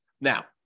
Now